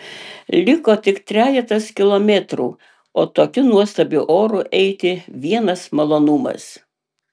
liko tik trejetas kilometrų o tokiu nuostabiu oru eiti vienas malonumas